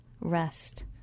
rest